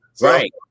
Right